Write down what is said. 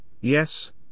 yes